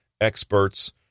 experts